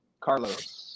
carlos